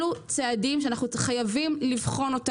אלה צעדים שאנחנו חייבים לבחון,